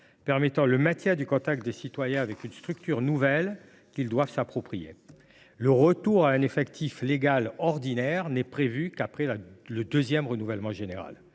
permet le maintien du contact des citoyens avec une structure nouvelle qu’ils doivent s’approprier. Le retour à un effectif légal ordinaire n’est prévu qu’après le deuxième renouvellement général.